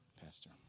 Pastor